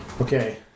Okay